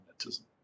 magnetism